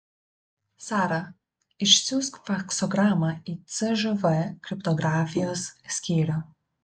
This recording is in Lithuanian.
sara išsiųsk faksogramą į cžv kriptografijos skyrių